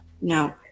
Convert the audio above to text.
No